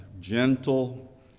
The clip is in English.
gentle